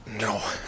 no